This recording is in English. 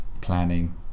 planning